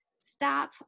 stop